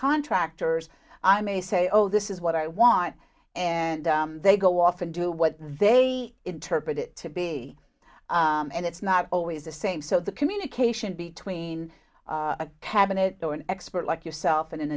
contractors i may say oh this is what i want and they go off and do what they interpret it to be and it's not always the same so the communication between a cabinet or an expert like yourself